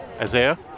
Isaiah